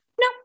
No